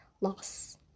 loss